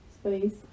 space